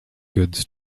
goods